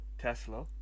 Tesla